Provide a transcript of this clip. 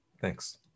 Thanks